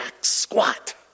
squat